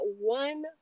one